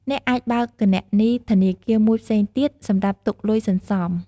អ្នកអាចបើកគណនីធនាគារមួយផ្សេងទៀតសម្រាប់ទុកលុយសន្សំ។